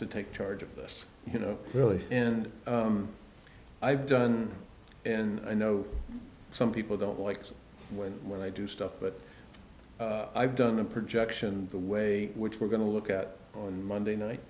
to take charge of this you know really and i've done and i know some people don't like it when when i do stuff but i've done the projections the way which we're going to look at on monday night